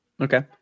Okay